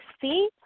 see